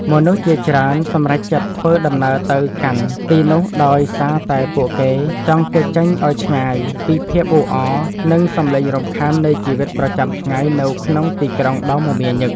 មនុស្សជាច្រើនសម្រេចចិត្តធ្វើដំណើរទៅកាន់ទីនោះដោយសារតែពួកគេចង់គេចចេញឱ្យឆ្ងាយពីភាពអ៊ូអរ និង សំឡេងរំខាននៃជីវិតប្រចាំថ្ងៃនៅក្នុងទីក្រុងដ៏មមាញឹក។